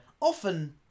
often